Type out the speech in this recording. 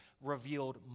revealed